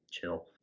chill